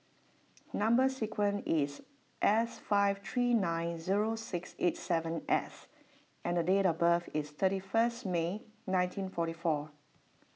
Number Sequence is S five three nine zero six eight seven S and date of birth is thirty first May nineteen forty four